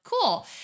cool